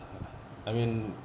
I mean